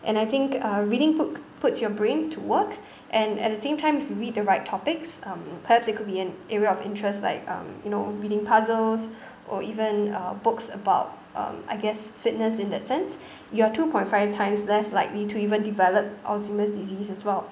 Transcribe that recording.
and I think uh reading book puts your brain to work and at the same time if you read the right topics um perhaps it could be an area of interest like um you know reading puzzles or even uh books about um I guess fitness in that sense you are two point five times less likely to even develop alzheimer's disease as well